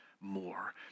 more